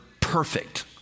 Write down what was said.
perfect